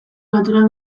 natural